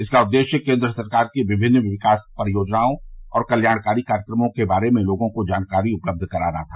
इसका उद्देश्य केंद्र सरकार की विभिन्न विकास परियोजनाओं और कल्याणकारी कार्यक्रमों के बारे में लोगों को जानकारी उपलब्ध कराना था